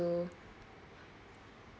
to